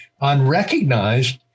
unrecognized